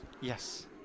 Yes